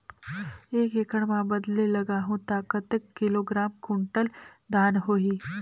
एक एकड़ मां बदले लगाहु ता कतेक किलोग्राम कुंटल धान होही?